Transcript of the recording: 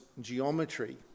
geometry